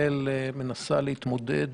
ישראל מנסה להתמודד